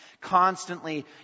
constantly